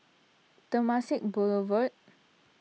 Temasek Boulevard